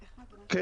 כן.